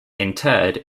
interred